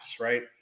Right